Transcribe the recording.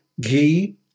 ghee